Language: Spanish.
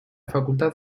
facultad